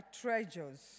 treasures